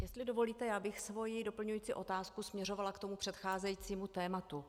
Jestli dovolíte, já bych svoji doplňující otázku směřovala k tomu předcházejícímu tématu.